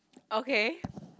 okay